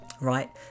right